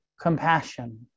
compassion